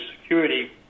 security